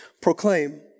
proclaim